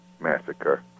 massacre